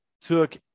took